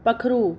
पक्खरू